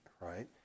right